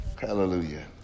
Hallelujah